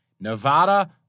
Nevada